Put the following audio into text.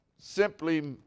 simply